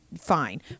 fine